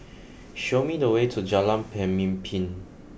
show me the way to Jalan Pemimpin